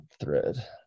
thread